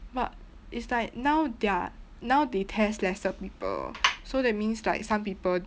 but it's like now they are now they test lesser people so that means like some people